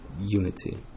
unity